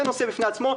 זה נושא בפני עצמו.